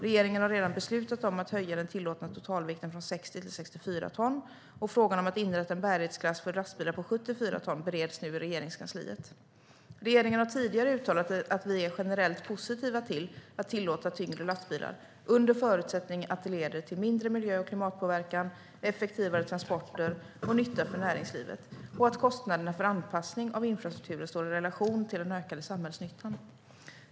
Regeringen har redan beslutat att höja den tillåtna totalvikten från 60 till 64 ton, och frågan om att inrätta en bärighetsklass för lastbilar på 74 ton bereds nu i Regeringskansliet. Regeringen har tidigare uttalat att vi är generellt positiva till att tillåta tyngre lastbilar, under förutsättning att det leder till mindre miljö och klimatpåverkan, effektivare transporter och nytta för näringslivet och att kostnaderna för anpassning av infrastrukturen står i relation till den ökade samhällsnyttan.